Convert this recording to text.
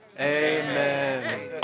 Amen